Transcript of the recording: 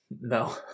No